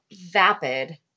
vapid